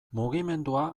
mugimendua